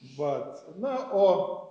va na o